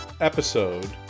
episode